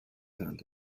hand